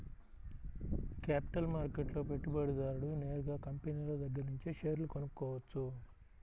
capital మార్కెట్లో పెట్టుబడిదారుడు నేరుగా కంపినీల దగ్గరనుంచే షేర్లు కొనుక్కోవచ్చు